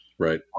Right